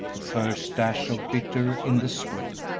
the first dash of bitter in the sweet,